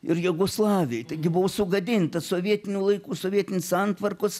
ir jugoslavijoj taigi buvo sugadinta sovietinių laikų sovietinės santvarkos